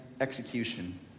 execution